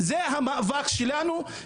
זה המאבק שלנו,